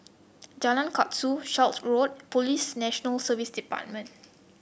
Jalan Kasau Shelford Road Police National Service Department